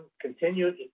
continued